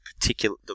particular